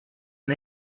and